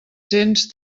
cents